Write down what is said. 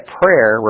prayer